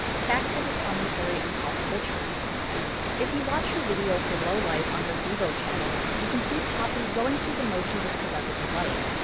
back to her commentary on pop culture if you watch her video for lowlife on her vevo channel, you can see poppy going through the motions of celebrity life.